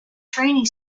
training